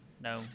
No